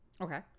Okay